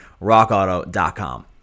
Rockauto.com